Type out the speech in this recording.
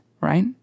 Right